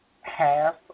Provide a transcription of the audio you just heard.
half